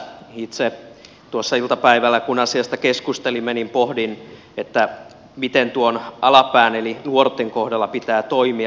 itse tuossa iltapäivällä kun asiasta keskustelimme pohdin että miten tuon alapään eli nuorten kohdalla pitää toimia